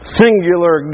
singular